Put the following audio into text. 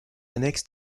annexe